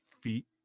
feet